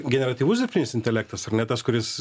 generatyvus dirbtinis intelektas ar ne tas kuris